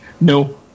No